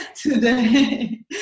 today